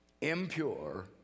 impure